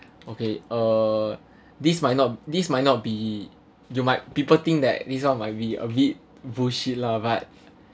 okay uh this might not this might not be you might people think that this one might be a bit bullshit lah but